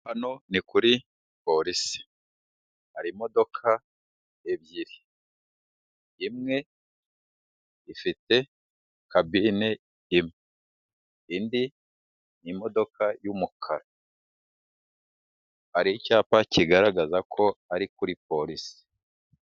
Hano ni kuri polisi, hari imodoka ebyiri; imwe ifite kabine imwe, indi ni imodoka y'umukara. Hari icyapa kigaragaza ko ari kuri polisi.